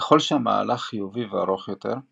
ככל שהמהלך חיובי וארוך יותר,